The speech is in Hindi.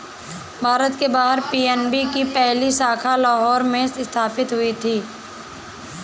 भारत के बाहर पी.एन.बी की पहली शाखा लाहौर में स्थापित हुई थी